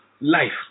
life